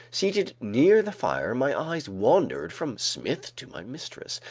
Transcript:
seated near the fire, my eyes wandered from smith to my mistress.